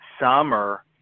summer